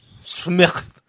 Smith